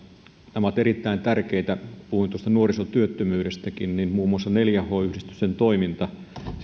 nämä ovat erittäin tärkeitä kun puhuin tuosta nuorisotyöttömyydestäkin niin muun muassa neljä h yhdistysten toimintaan